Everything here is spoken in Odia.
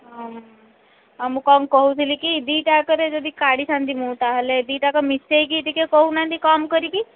ହଁ ଆଉ ମୁଁ କ'ଣ କହୁଥିଲି କି ଦୁଇଟା ଯାକରେ ଯଦି କାଢ଼ିଥାନ୍ତି ମୁଁ ତାହେଲେ ଦିଟାଅକ ମିଶେଇକି ଟିକେ କହୁନାହାଁନ୍ତି କମ୍ କରିକି